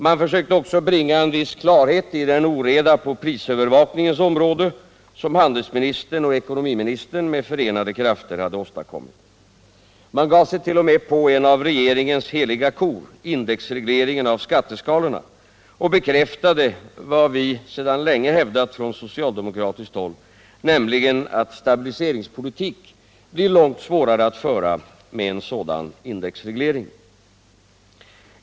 Man försökte också bringa en viss klarhet i den oreda på prisövervakningens område som handelsministern och ekonomiministern med förenade krafter hade åstadkommit. Man gav sig t.o.m. på en av regeringens heliga kor, indexregleringen av skatteskalorna, och bekräftade vad vi sedan länge hävdat från socialdemokratiskt håll. nämligen att stabiliseringspolitiken blir långt svårare att föra med en sådan indexreglering.